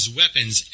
weapons